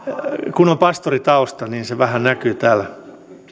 kun on pastoritausta niin se vähän näkyy täällä